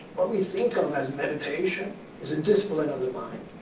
what we think of as meditation is a discipline of the mind.